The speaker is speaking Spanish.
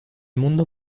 mundo